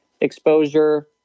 exposure